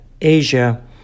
Asia